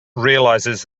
realizes